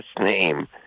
name